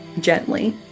gently